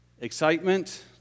Excitement